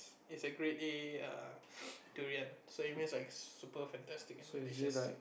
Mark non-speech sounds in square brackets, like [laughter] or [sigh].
it's a grade A err [noise] durian